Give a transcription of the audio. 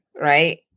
right